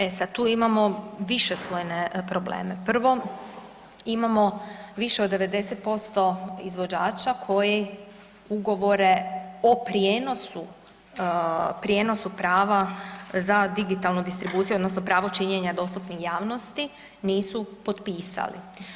E sada tu imamo višeslojne probleme, prvo imamo više od 90% izvođača koji ugovore o prijenosu prava za digitalnu distribuciju odnosno pravo činjena dostupnim javnosti nisu potpisali.